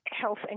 health